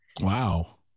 Wow